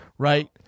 Right